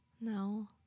No